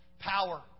power